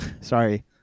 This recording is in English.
sorry